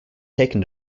taken